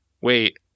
wait